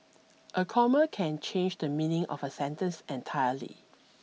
a comma can change the meaning of a sentence entirely